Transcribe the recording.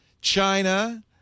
China